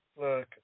look